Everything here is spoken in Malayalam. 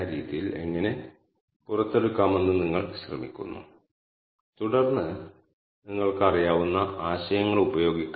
9 ആണ് പരമാവധി വേഗതയുടെ ശരാശരി 48